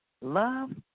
Love